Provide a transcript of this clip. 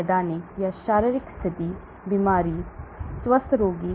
नैदानिक या शारीरिक स्थिति बीमार रोगी स्वस्थ रोगी